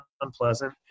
unpleasant